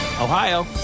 Ohio